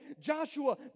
Joshua